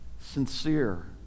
Sincere